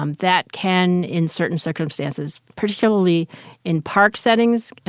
um that can, in certain circumstances, particularly in park settings,